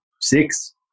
six